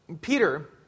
Peter